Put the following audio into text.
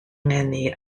ngeni